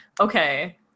okay